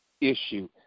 issue